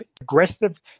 aggressive